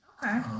okay